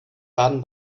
baden